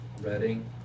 Reading